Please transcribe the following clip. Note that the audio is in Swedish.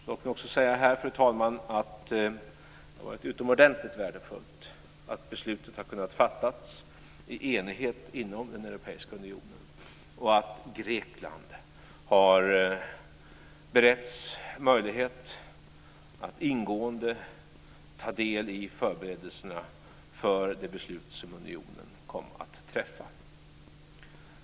Låt mig också säga, fru talman, att det har varit utomordentligt värdefullt att beslutet har kunnat fattas i enighet inom den europeiska unionen och att Grekland har beretts möjlighet att ingående ta del av förberedelserna av det beslut som unionen kom att träffa.